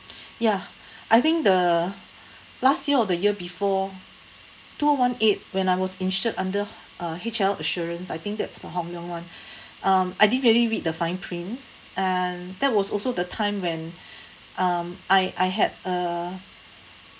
ya I think the last year or the year before two one eight when I was insured under uh H_L insurance I think that's the hong leong one um I didn't really read the fine print and that was also the time when um I I had a